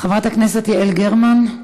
חברת הכנסת יעל גרמן,